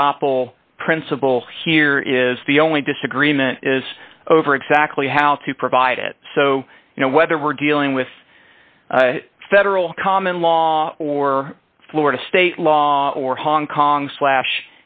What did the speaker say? stoppel principle here is the only disagreement is over exactly how to provide it so you know whether we're dealing with federal common law or florida state law or hong kong slash